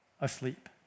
asleep